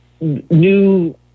new